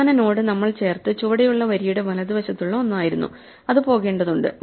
അവസാന നോഡ് നമ്മൾ ചേർത്തത് ചുവടെയുള്ള വരിയുടെ വലതുവശത്തുള്ള ഒന്നായിരുന്നു അത് പോകേണ്ടതുണ്ട്